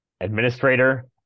administrator